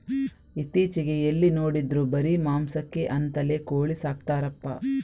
ಇತ್ತೀಚೆಗೆ ಎಲ್ಲಿ ನೋಡಿದ್ರೂ ಬರೀ ಮಾಂಸಕ್ಕೆ ಅಂತಲೇ ಕೋಳಿ ಸಾಕ್ತರಪ್ಪ